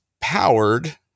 powered